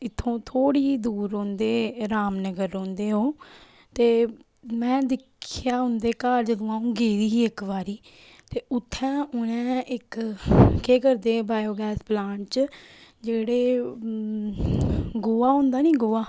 इत्थूं थोह्ड़ी जेही दूर रौंह्दे रामनगर रौंह्दे ओह् ते मैं दिक्खेआ उं'दे घर जदूं अ'ऊं गेदी ही इक बारी ते उत्थै उ'नें इक केह् करदे वायोगैस प्लांट च जेह्ड़े गोहा होंदा नी गोहा